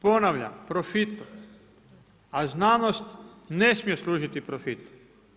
Ponavljam profitu, a znanost ne smije služiti profitu.